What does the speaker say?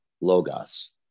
Logos